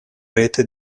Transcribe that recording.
rete